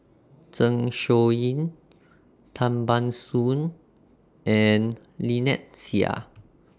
Zeng Shouyin Tan Ban Soon and Lynnette Seah